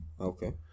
Okay